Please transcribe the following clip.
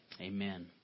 Amen